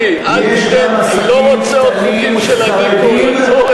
מיקי, אל תיתן, לא רוצה עוד חוקים של עדי קול.